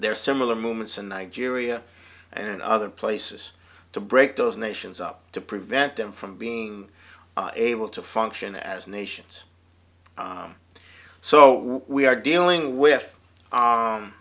are similar movements and nigeria and other places to break those nations up to prevent them from being able to function as nations so we are dealing with